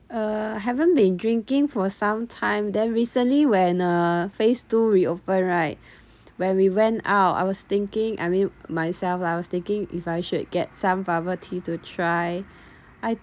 uh haven't been drinking for some time then recently when uh phase two reopen right when we went out I was thinking I mean myself I was thinking if I should get some bubble tea to try I